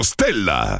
Stella